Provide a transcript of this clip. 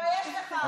תתבייש לך.